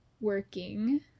working